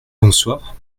bonsoir